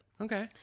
Okay